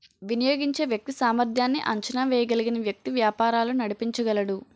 వినియోగించే వ్యక్తి సామర్ధ్యాన్ని అంచనా వేయగలిగిన వ్యక్తి వ్యాపారాలు నడిపించగలడు